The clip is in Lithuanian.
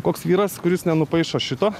koks vyras kuris nenupaišo šito